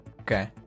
Okay